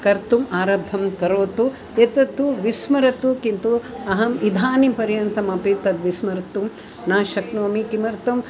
कर्तुम् आरब्धं करोतु एतत्तु विस्मरतु किन्तु अहम् इदानीं पर्यन्तमपि तद्विस्मर्तुं न शक्नोमि किमर्थम्